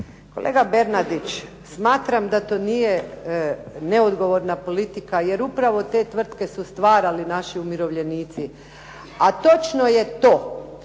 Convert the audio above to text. Kolega Bernardić, smatram da to nije neodgovorna politika jer upravo te tvrtke su stvarali naši umirovljenici, a točno je to